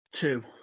two